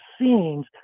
scenes